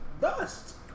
Dust